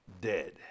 dead